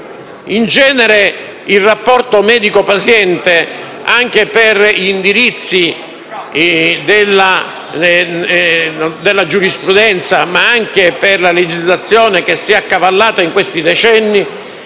In genere, il rapporto medico-paziente, per gli indirizzi della giurisprudenza, ma anche per la legislazione che si è accavallata in questi decenni,